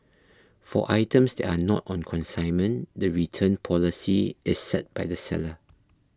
for items that are not on consignment the return policy is set by the seller